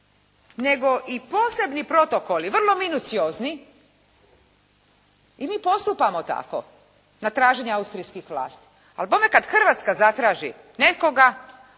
nego i posebni protokoli, vrlo minuciozni. I mi postupamo tako na traženje austrijskih vlasti, ali bome kada Hrvatska zatraži nekoga